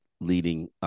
leading